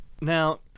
now